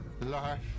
Life